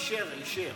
אישר, אישר.